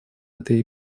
этой